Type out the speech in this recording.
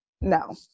no